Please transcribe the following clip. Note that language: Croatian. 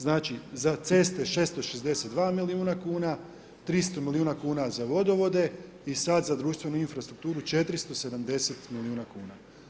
Znači za ceste 662 milijuna kuna, 300 milijuna kuna za vodovode i sad za društvenu infrastrukturu 470 milijuna kuna.